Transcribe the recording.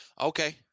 Okay